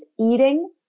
eating